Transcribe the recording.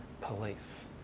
police